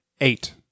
eight